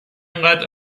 اینقدر